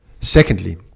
Secondly